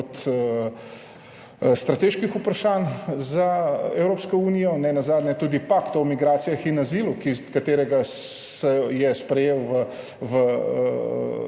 od strateških vprašanj za Evropsko unijo, nenazadnje tudi pakt o migracijah in azilu, ki se je sprejel v